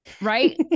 Right